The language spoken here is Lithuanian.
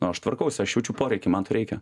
aš tvarkausi aš jaučiu poreikį man to reikia